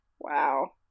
Wow